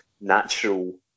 natural